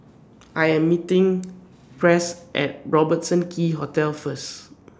I Am meeting Press At Robertson Quay Hotel First